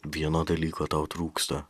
vieno dalyko tau trūksta